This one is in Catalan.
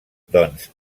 doncs